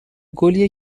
گلیه